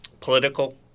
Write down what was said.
political